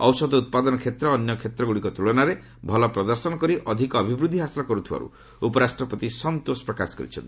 ଔଷଧ ଉତ୍ପାଦନ କ୍ଷେତ୍ର ଅନ୍ୟ କ୍ଷେତ୍ରଗୁଡ଼ିକ ତୁଳନାରେ ଭଲ ପ୍ରଦର୍ଶନ କରି ଅଧିକ ଅଭିବୃଦ୍ଧି ହାସଲ କରୁଥିବାରୁ ଉପରାଷ୍ଟ୍ରପତି ସନ୍ତୋଷ ପ୍ରକାଶ କରିଛନ୍ତି